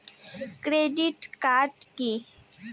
Credit card key?